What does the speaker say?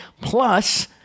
Plus